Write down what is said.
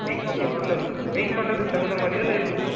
okay bro இல்லை wait பண்ணுறதுக்கு தகுந்த மாதிரியாக இல்லை எப்படி ப்ரோ